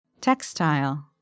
Textile